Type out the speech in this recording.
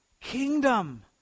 Kingdom